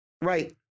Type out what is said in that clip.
Right